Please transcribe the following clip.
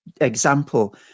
example